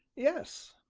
yes,